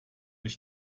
ich